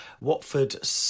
Watford